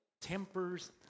tempers